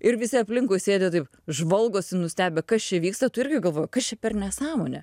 ir visi aplinkui sėdi taip žvalgosi nustebę kas čia vyksta tu irgi galvoji kas čia per nesąmonė